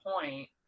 point